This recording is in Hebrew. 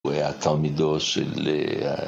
הוא היה תלמידו של...